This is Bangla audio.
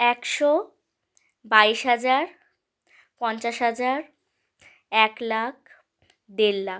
একশো বাইশ হাজার পঞ্চাশ হাজার এক লাখ দেড় লাখ